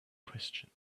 question